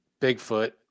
bigfoot